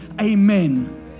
Amen